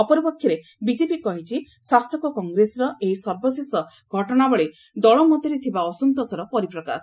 ଅପରପକ୍ଷରେ ବିଜେପି କହିଛି ଶାସକ କଂଗ୍ରେସର ଏହି ସର୍ବଶେଷ ଘଟଣାବଳୀ ଦଳ ମଧ୍ୟରେ ଥିବା ଅସନ୍ତୋଷର ପରିପ୍ରକାଶ